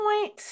point